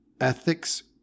Ethics